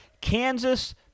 Kansas